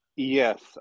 yes